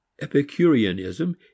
Epicureanism